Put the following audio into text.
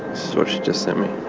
sort of she just sent me.